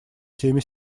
теме